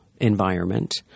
environment